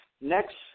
Next